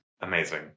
amazing